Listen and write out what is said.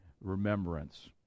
remembrance